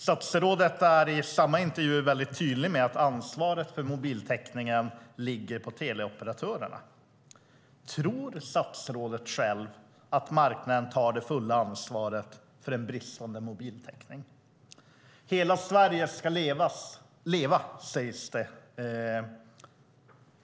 Statsrådet är i samma intervju väldigt tydlig med att ansvaret för mobiltäckningen ligger på teleoperatörerna. Tror statsrådet själv att marknaden tar det fulla ansvaret för en bristande mobiltäckning? Hela Sverige ska leva, sägs det.